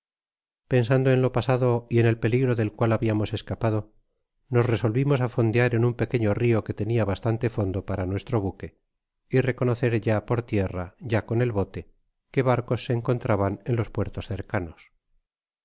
pensando en lo pasado y en el peligro del cual habiamos escapado nos resolvimos a fondear en un pequeño rio que tenia bastante fondo para nuestro buque y reconocer ya por tierra ya con el bote qué barcos se encontraban en los puertos cercanos